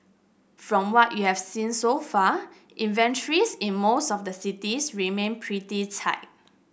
from what we've seen so far inventories in most of the cities remain pretty tight